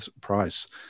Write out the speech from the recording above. price